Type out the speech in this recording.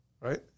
right